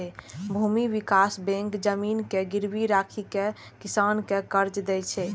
भूमि विकास बैंक जमीन के गिरवी राखि कें किसान कें कर्ज दै छै